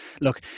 look